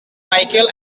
micheal